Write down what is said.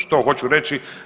Što hoću reći?